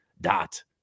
dot